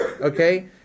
okay